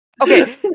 Okay